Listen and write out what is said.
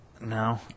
No